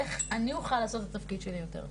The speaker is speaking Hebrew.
איך אני אוכל לעשות את התפקיד שלי יותר טוב.